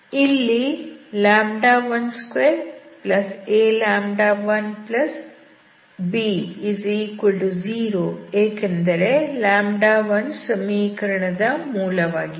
ಇಲ್ಲಿ 12a1b0 ಏಕೆಂದರೆ 1 ಸಮೀಕರಣದ ಮೂಲ ವಾಗಿದೆ